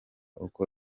uko